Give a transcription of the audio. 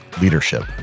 leadership